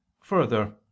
further